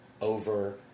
over